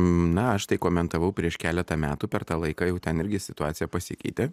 na aš tai komentavau prieš keletą metų per tą laiką jau ten irgi situacija pasikeitė